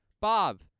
Bob